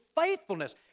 faithfulness